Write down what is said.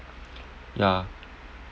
ya